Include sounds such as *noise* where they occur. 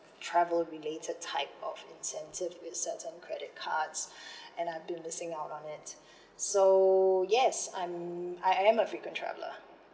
travel related type of incentive besides on credit cards *breath* and I'll be listing out on it *breath* so yes I'm I am a frequent traveller